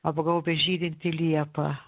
apgaubia žydinti liepa